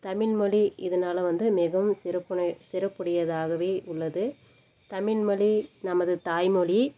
தமிழ்மொழி இதனால வந்து மிகவும் சிறப்பினை சிறப்புடையதாகவே உள்ளது தமிழ்மொழி நமது தாய்மொழி